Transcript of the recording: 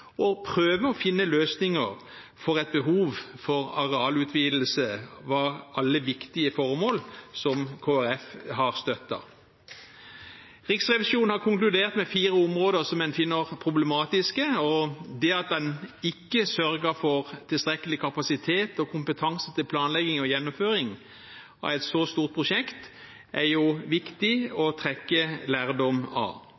å prøve å finne løsninger for et behov for arealutvidelse var viktige formål, som Kristelig Folkeparti har støttet. Riksrevisjonen har konkludert med fire områder som en finner problematiske. Det at en ikke sørget for tilstrekkelig kapasitet og kompetanse til planlegging og gjennomføring av et så stort prosjekt, er viktig å trekke lærdom av.